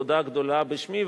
תודה גדולה בשמי,